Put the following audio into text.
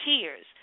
tears